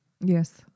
Yes